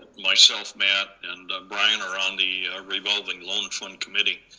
myself, matt, and brian are on the revolving loan fund committee,